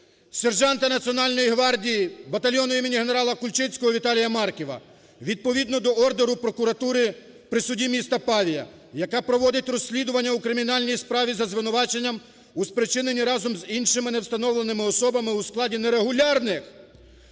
сержанта Національної гвардії батальйону імені генерала Кульчицького Віталія Марківа. Відповідно до ордеру прокуратури при суді міста Павія, яка проводить розслідування у кримінальній справі за звинуваченням у спричиненні разом з іншими невстановленими особами в складі нерегулярних